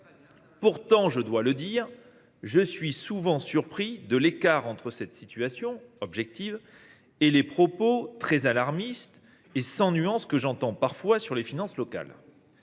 Pourtant, je dois le dire, je suis souvent surpris de l’écart entre cette situation, objective, et les propos très alarmistes et sans nuance que j’entends parfois sur les finances locales.